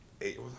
eight